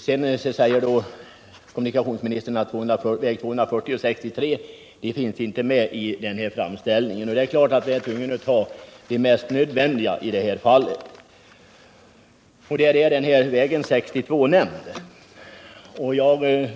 Sedan säger kommunikationsministern att väg 240 och väg 63 inte finns med i framställningen. Ja, det är klart att vi har varit tvungna att ta det mest nödvändiga i det här fallet. Och där är väg 62 nämnd.